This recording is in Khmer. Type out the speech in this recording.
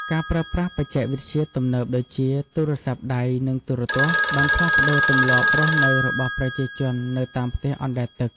ការប្រើប្រាស់បច្ចេកវិទ្យាទំនើបដូចជា ទូរសព្ទដៃ និងទូរទស្សន៍ បានផ្លាស់ប្តូរទម្លាប់រស់នៅរបស់ប្រជាជននៅតាមផ្ទះអណ្ដែតទឹក។